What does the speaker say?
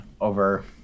over